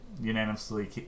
unanimously